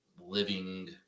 living